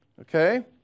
Okay